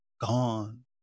gone